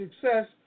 success